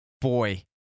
Boy